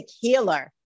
healer